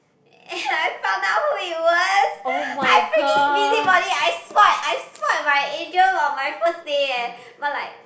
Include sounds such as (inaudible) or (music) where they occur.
and (laughs) I found out who it was I freaking busybody I spoilt I spoilt my angel on my first day eh but like